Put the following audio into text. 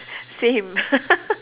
same